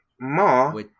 Ma